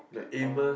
like Amos